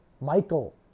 Michael